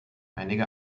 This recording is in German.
einige